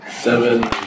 Seven